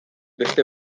beste